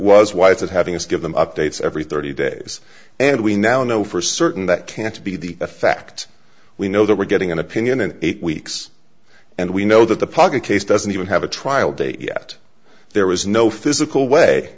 was wise of having us give them updates every thirty days and we now know for certain that can't be the effect we know that we're getting an opinion in eight weeks and we know that the public case doesn't even have a trial date yet there was no physical way